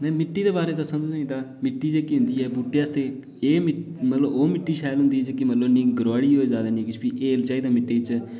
मि'ट्टी दे बारे च दस्सां तुसें गी तां मिट्टी जेह्की होंदी ऐ बूह्टें आस्तै ओह् मिट्टी शैल होंदी ऐ ना ज्यादा गरलोड़ी हो फ्ही हैल चाहिदा मि'ट्टी च